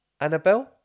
Annabelle